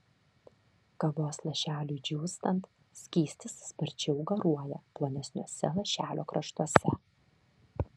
kavos lašeliui džiūstant skystis sparčiau garuoja plonesniuose lašelio kraštuose